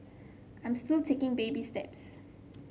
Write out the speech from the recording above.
I'm still taking baby steps